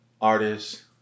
artists